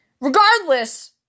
Regardless